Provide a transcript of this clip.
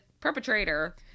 perpetrator